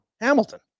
Hamilton